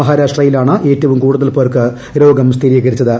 മഹാരാഷ്ട്രയിലാണ് ഏറ്റവും കൂടുതൽപേർക്ക് രോഗം സ്ഥിരീകരിച്ചത്